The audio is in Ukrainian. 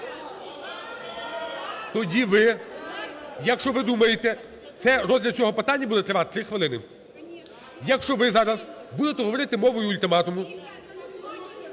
Тоді ви, якщо ви думаєте… Це розгляд цього питання буде тривати 3 хвилини. Якщо ви зараз будете говорити мовою ультиматуму,